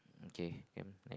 okay then next